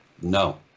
no